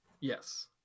Yes